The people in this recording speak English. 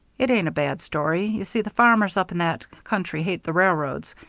it ain't a bad story. you see the farmers up in that country hate the railroads.